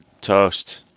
Toast